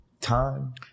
time